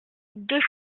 deux